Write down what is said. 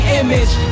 image